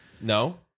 no